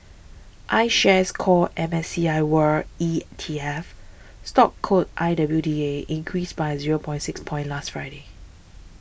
iShares Core M S C I world E T F stock code I W D A increased by zero point six points last Friday